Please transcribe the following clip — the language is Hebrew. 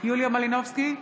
יוליה מלינובסקי,